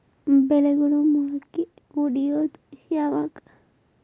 ಬೆಳೆಗಳು ಮೊಳಕೆ ಒಡಿಯೋದ್ ಯಾವಾಗ್?